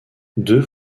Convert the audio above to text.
deux